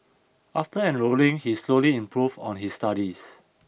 after enrolling he slowly improved on his studies